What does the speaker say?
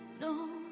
No